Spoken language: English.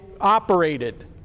operated